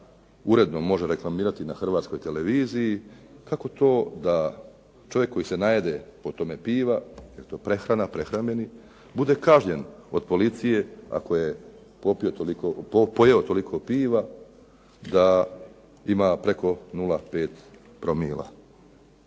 uredno može reklamirati na hrvatskoj televiziji kako to čovjek koji se najede od toga piva jer je to prehrana, prehrambeni, bude kažnjen od policije ako je pojeo toliko piva da ima preko 0,5 promila.